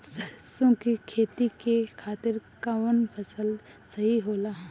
सरसो के खेती के खातिर कवन मौसम सही होला?